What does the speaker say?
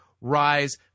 rise